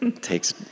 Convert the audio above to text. takes